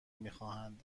میخواهند